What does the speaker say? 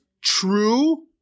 true